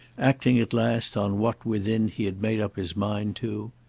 acting at last on what, within, he had made up his mind to,